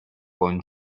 con